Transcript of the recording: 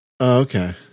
Okay